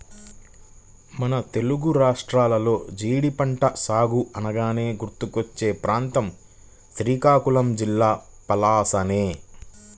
మన తెలుగు రాష్ట్రాల్లో జీడి పంట సాగు అనగానే గుర్తుకొచ్చే ప్రాంతం శ్రీకాకుళం జిల్లా పలాసనే